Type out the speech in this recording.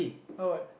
oh what